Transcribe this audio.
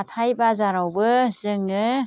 हाथाइ बाजारावबो जोङो